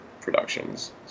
productions